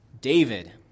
David